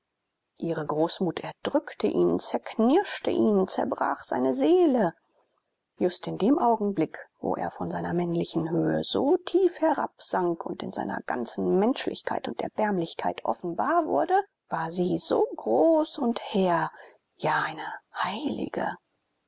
ihre großmut erdrückte ihn zerknirschte zerbrach seine seele just in dem augenblick wo er von seiner männlichen höhe so tief herabsank und in seiner ganzen menschlichkeit und erbärmlichkeit offenbar wurde war sie so groß und hehr ja eine heilige